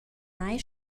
mai